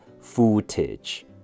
footage